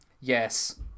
Yes